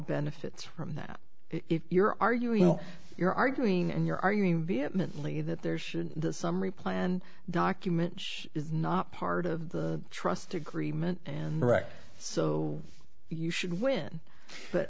benefits from that if you're arguing you're arguing and you're arguing vehemently that there shouldn't the summary plan documents is not part of the trust agreement and direct so you should win but